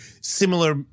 similar